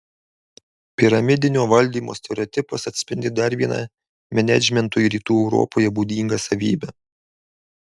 piramidinio valdymo stereotipas atspindi dar vieną menedžmentui rytų europoje būdingą savybę